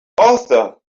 author